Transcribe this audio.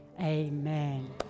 Amen